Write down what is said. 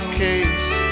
case